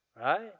Right